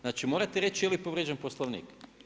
Znači morate reći je li povrijeđen Poslovnik.